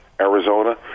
Arizona